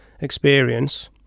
experience